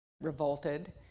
revolted